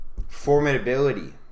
formidability